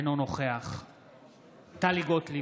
אינו נוכח טלי גוטליב,